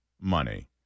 money